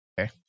Okay